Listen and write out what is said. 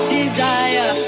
desire